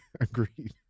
Agreed